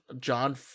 John